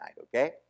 okay